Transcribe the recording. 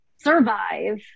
survive